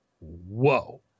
whoa